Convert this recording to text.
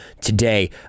today